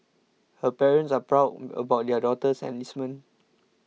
her parents are proud about their daughter's enlistment